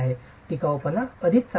टिकाऊपणा अधिक चांगले असेल